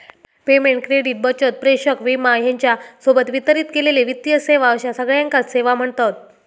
payment, credit, बचत, प्रेषण, विमा ह्येच्या सोबत वितरित केलेले वित्तीय सेवा अश्या सगळ्याकांच सेवा म्ह्णतत